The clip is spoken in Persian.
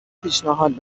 پیشنهاد